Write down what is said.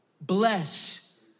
Bless